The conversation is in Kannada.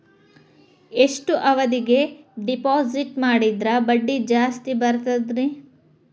ಎಷ್ಟು ಅವಧಿಗೆ ಡಿಪಾಜಿಟ್ ಮಾಡಿದ್ರ ಬಡ್ಡಿ ಜಾಸ್ತಿ ಬರ್ತದ್ರಿ?